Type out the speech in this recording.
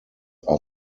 are